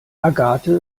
agathe